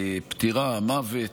הפטירה, המוות,